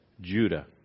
Judah